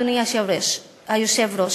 אדוני היושב-ראש,